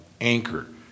anchor